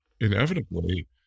inevitably